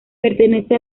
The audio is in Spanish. pertenece